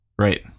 right